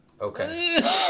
Okay